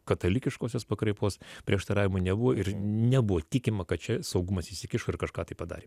katalikiškosios pakraipos prieštaravimų nebuvo ir nebuvo tikima kad čia saugumas įsikišo ir kažką tai padarė